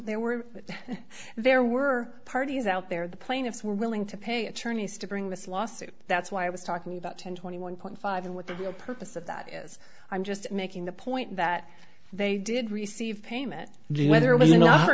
there were there were parties out there the plaintiffs were willing to pay attorneys to bring this lawsuit that's why i was talking about ten twenty one point five and what the real purpose of that is i'm just making the point that they did receive payment whether